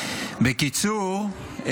שם --- בקיצור,